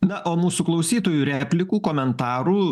na o mūsų klausytojų replikų komentarų